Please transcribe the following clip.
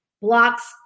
blocks